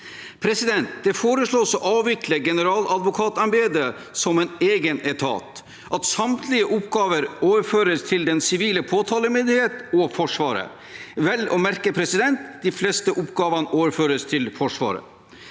Riksadvokaten. Det foreslås å avvikle Generaladvokatembetet som en egen etat, og at samtlige oppgaver overføres til den sivile påtalemyndighet og Forsvaret. Vel å merke overføres de fleste oppgavene til Forsvaret.